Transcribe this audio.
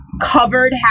covered